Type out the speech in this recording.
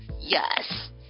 yes